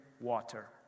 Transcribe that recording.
water